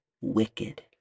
wicked